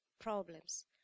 problems